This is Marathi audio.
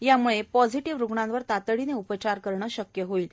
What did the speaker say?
यामुळे पॉझिटीव्ह रूग्णांवर तातडीने उपचार करणे शक्य होणार आहे